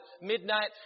midnight